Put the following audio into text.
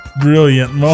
Brilliant